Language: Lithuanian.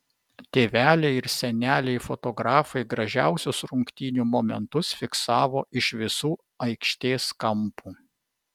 tėveliai ir seneliai fotografai gražiausius rungtynių momentus fiksavo iš visų aikštės kampų